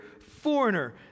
foreigner